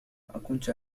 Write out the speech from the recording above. أكنت